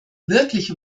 wirklich